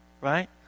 right